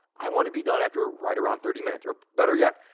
i want to be done after right around thirty minutes, or better yet,